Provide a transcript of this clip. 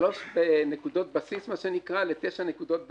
נקודות בסיס לתשע נקודות בסיס.